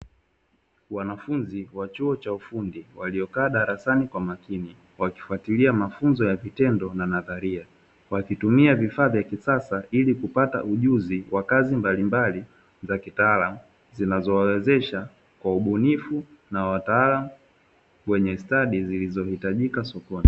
Wanafunzi wa chuo cha ufundi waliyokaa darasani kwa makini wakifatilia mafunzo ya vitendo na nadharia, wakitumia vifaa vya kisasa ili kupata ujuzi wa kazi mbalimbali za kitaalam, zinazowawezesha kuwa wabunifu na wataalam wenye stadi zilizohitajika sokoni.